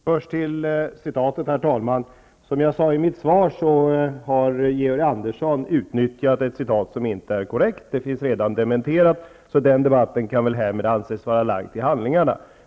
Herr talman! Först till citatet. Som jag sade i mitt svar har Georg Andersson utnyttjat ett citat som inte är korrekt -- det är redan dementerat, så den debatten kan väl anses vara lagd till handlingarna.